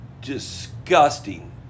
disgusting